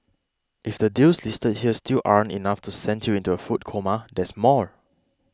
if the deals listed here still aren't enough to send you into a food coma there's more